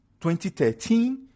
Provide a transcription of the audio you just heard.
2013